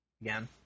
Again